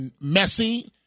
messy